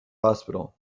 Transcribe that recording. hospital